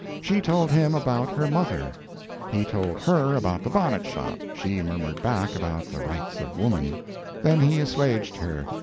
she told him about her mother he told her about the bonnet-shop, she murmured back about the rights of woman then he assuaged her,